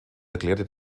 erklärte